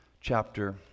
chapter